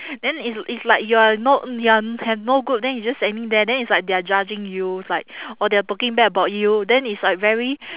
then it's it's like you're no you're have no group then you just standing there then it's like they're judging you like or they are talking bad about you then it's like very